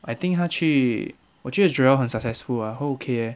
I think 他去我觉得 joel 很 successful 还 okay eh